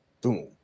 Boom